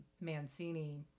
Mancini